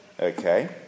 Okay